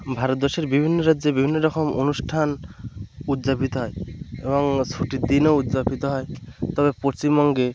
ভারতবর্ষের বিভিন্ন রাজ্যে বিভিন্ন রকম অনুষ্ঠান উদযাপিত হয় এবং ছুটির দিনও উদযাপিত হয় তারপর পশ্চিমবঙ্গে